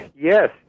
Yes